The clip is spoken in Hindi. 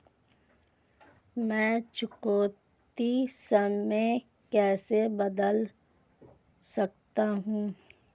मैं चुकौती समय कैसे बढ़ा सकता हूं?